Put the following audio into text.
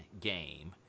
game